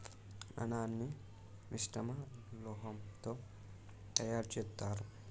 నాణాన్ని మిశ్రమ లోహంతో తయారు చేత్తారు